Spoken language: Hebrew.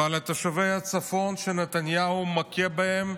אבל השווית את זה לשחיתות.